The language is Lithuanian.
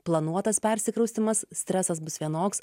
planuotas persikraustymas stresas bus vienoks